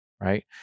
right